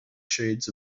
shades